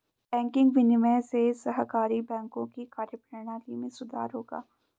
banking विनियमन से सहकारी बैंकों की कार्यप्रणाली में सुधार होगा